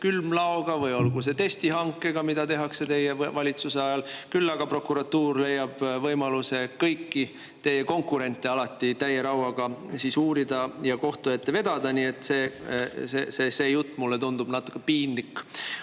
külmlao või testihankega, mida tehti teie valitsuse ajal, küll aga prokuratuur leiab võimaluse kõiki teie konkurente alati täie rauaga uurida ja kohtu ette vedada, nii et see jutt tundub mulle natuke piinlik. Mina